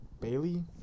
Bailey